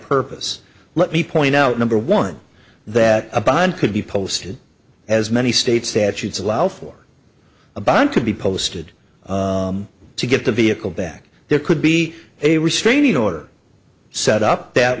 purpose let me point out number one that a bond could be posted as many states statutes allow for a bond to be posted to get the vehicle back there could be a restraining order set up that